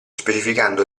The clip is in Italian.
specificando